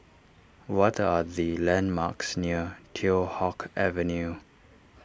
what are the landmarks near Teow Hock Avenue